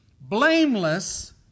blameless